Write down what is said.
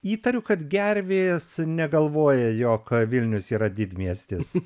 įtariu kad gervės negalvoja jog vilnius yra didmiestis